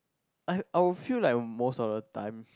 I I will feel like most of the time